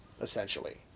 essentially